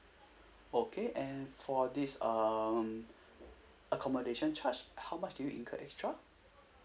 okay and for this um accommodation charge how much do you incurred extra